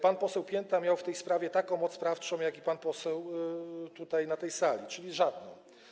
Pan poseł Pięta miał w tej sprawie taką moc sprawczą jak i pan poseł tutaj na tej sali, czyli żadnej.